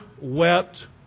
wept